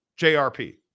JRP